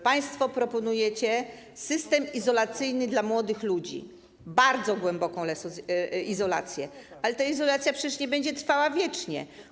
Państwo proponujecie system izolacyjny dla młodych ludzi, bardzo głęboką izolację, ale ta izolacja przecież nie będzie trwała wiecznie.